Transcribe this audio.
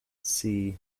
see